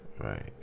Right